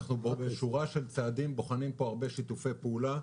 אנחנו בשורה של צעדים בוחנים פה הרבה שיתופי פעולה.